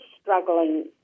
struggling